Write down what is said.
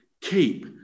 keep